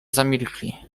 zamilkli